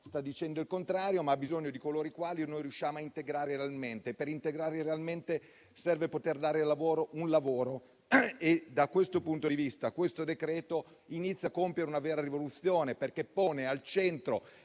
sta dicendo il contrario, ma ha bisogno di coloro che riusciamo a integrare realmente; e per integrarli realmente serve poter dare loro un lavoro. Da questo punto di vista, il decreto-legge in esame inizia a compiere una vera rivoluzione, perché pone al centro